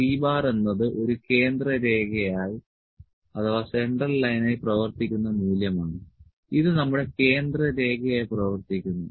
C എന്നത് ഒരു കേന്ദ്ര രേഖയായി പ്രവർത്തിക്കുന്ന മൂല്യമാണ് ഇത് നമ്മുടെ കേന്ദ്ര രേഖയായി പ്രവർത്തിക്കുന്നു